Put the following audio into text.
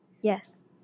Yes